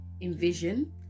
envision